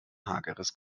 hageres